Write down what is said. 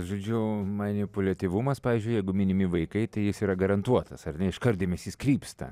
žodžiu manipuliatyvumas pavyzdžiui jeigu minimi vaikai tai jis yra garantuotas ar ne iškart dėmesys krypsta